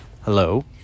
hello